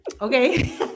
Okay